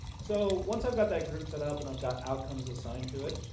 so, once i've got that group set up and i've got outcomes assigned to it,